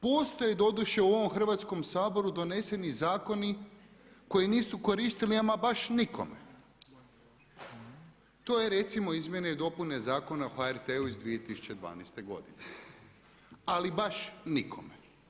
Postoji doduše u ovom Hrvatskom saboru doneseni zakoni koji nisu koristili ama baš nikome, to je recimo izmjene i dopune Zakona o HRT-u iz 2012. godine, ali baš nikome.